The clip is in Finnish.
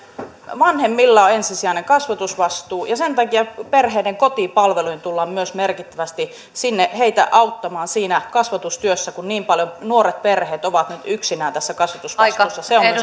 vanhemmilla on ensisijainen kasvatusvastuu ja sen takia perheiden kotipalveluissa tullaan myös merkittävästi heitä auttamaan siinä kasvatustyössä kun niin paljon nuoret perheet ovat nyt yksinään tässä kasvatusvastuussa se on minusta